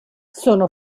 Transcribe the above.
sono